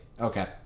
Okay